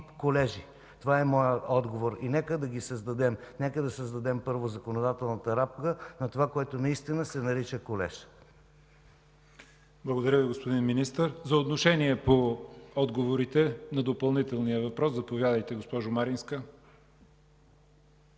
колежи. Това е моят отговор. Нека да ги създадем. Нека да създадем първо законодателната рамка на това, което наистина се нарича колеж. ПРЕДСЕДАТЕЛ ЯВОР ХАЙТОВ: Благодаря, господин Министър. За отношение по отговорите на допълнителния въпрос, заповядайте, госпожо Маринска.